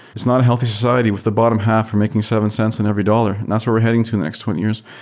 it's not a healthy society with the bottom half for making seven cents in every dollar. that's where we're heading to in the next twenty years.